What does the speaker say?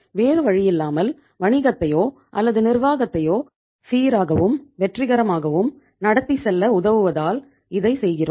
வேறு வழியில்லாமல் வணிகத்தையோ அல்லது நிர்வாகத்தையோ சீராகவும் வெற்றிகரமாகவும் நடத்திச் செல்ல உதவுவதால் இதை செய்கிறோம்